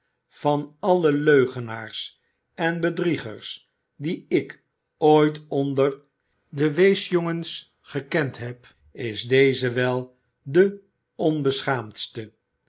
van alle leugenaars en bedriegers die ik ooit onder de weesjongens gekend heb is deze wel de